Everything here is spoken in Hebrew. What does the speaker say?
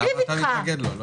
למה אתה מתנגד לו?